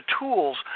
tools